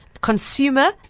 consumer